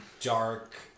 dark